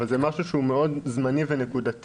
אבל זה משהו שהוא מאוד זמני ונקודתי.